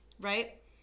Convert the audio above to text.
right